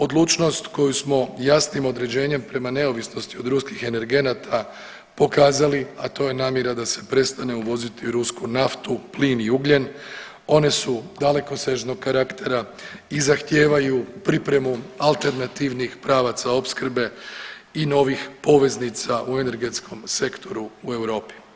Odlučnost koju smo jasnim određenjem prema neovisnosti od ruskih energenata pokazali, a to je namjera da se prestane uvoziti rusku naftu, plin i ugljen, one su dalekosežnog karaktera i zahtijevaju pripremu alternativnih pravaca opskrbe i novih poveznica u energetskom sektoru u Europi.